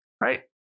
Right